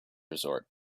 resort